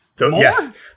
Yes